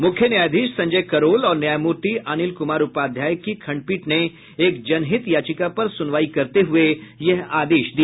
मुख्य न्यायाधीश संजय करोल और न्यायमूर्ति अनिल कुमार उपाध्याय की खंडपीठ ने एक जनहित याचिका पर सुनवाई करते हुए यह आदेश दिया